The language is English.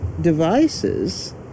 devices